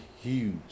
huge